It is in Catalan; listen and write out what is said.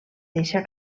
deixar